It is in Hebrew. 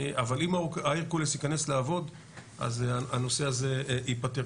אבל אם ההרקולס ייכנס לעבוד, הנושא הזה ייפתר.